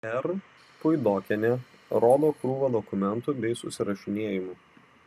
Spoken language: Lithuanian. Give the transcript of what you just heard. r puidokienė rodo krūvą dokumentų bei susirašinėjimų